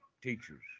teachers